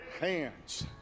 hands